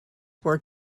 were